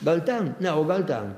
gal ten ne o gal ten